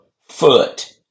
foot